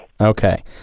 Okay